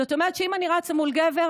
זאת אומרת שאם אני רצה מול גבר,